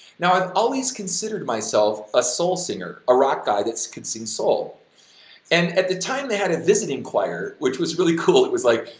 now i always considered myself a soul singer, a rock guy that could sing soul and at the time they had a visiting choir which was really cool, it was like,